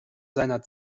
seiner